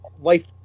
life-